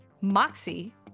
Moxie